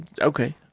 Okay